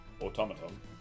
automaton